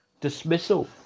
Dismissal